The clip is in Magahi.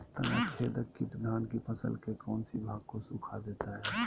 तनाछदेक किट धान की फसल के कौन सी भाग को सुखा देता है?